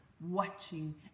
watching